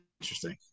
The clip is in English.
interesting